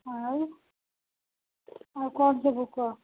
ଆଉ ଆଉ କ'ଣ ସବୁ କୁହ